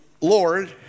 Lord